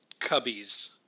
cubbies